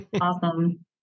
awesome